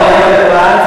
היה יום כדור-הארץ,